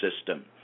system